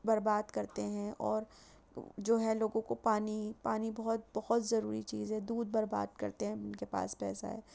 برباد کرتے ہیں اور جو ہے لوگوں کو پانی پانی بہت بہت ضروری چیز ہے دودھ برباد کرتے ہیں جن کے پاس پیسہ ہے